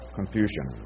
confusion